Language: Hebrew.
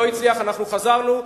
לא הצלחתם ואנחנו חזרנו.